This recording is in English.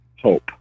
hope